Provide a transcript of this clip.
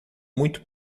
muito